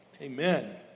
Amen